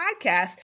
podcast